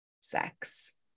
sex